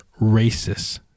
racists